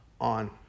on